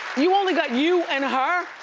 you only got you and her,